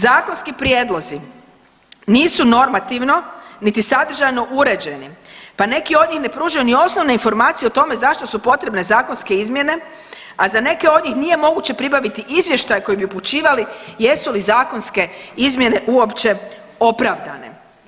Zakonski prijedlozi nisu normativno niti sadržajno uređeni pa neki od njih ne pružaju ni osnovne informacije o tome zašto su potrebne zakonske izmjene, a za neke od njih nije moguće pribaviti izvještaj koji bi upućivali jesu li zakonske izmjene uopće opravdane.